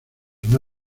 una